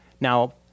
Now